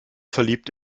verliebt